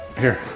here,